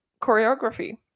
choreography